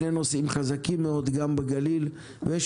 אלה שני נושאים חזקים מאוד גם בגליל ויש